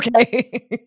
Okay